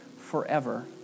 forever